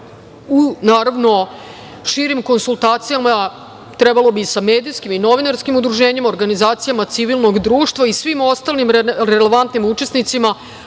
u naravno širim konsultacijama, trebalo bi i sa medijskim i novinarskim udruženjima, organizacijama civilnog društva i svim ostalim relevantnim učesnicima